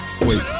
Wait